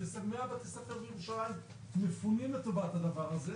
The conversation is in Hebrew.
100 בתי ספר בירושלים מפונים לטובת הדבר הזה,